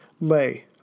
lay